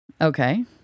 Okay